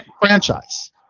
franchise